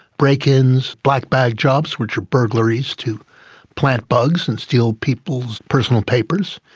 break-ins, black bag jobs, which are burglaries to plant bugs and steal people's personal papers,